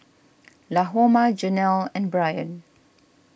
Lahoma Janelle and Brynn